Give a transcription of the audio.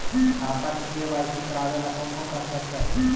खाता के के.वाई.सी करावेला कौन कौन कागजात चाही?